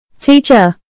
Teacher